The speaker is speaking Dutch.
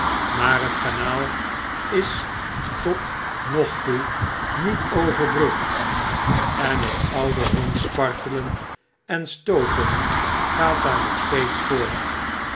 maar het kanaal is tot nog toe niet overbrugd en het oude rondspartelen en stooten gaat daar nog steeds voort